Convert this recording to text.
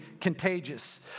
contagious